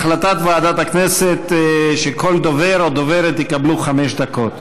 החלטת ועדת הכנסת היא שכל דובר או דוברת יקבלו חמש דקות.